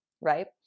right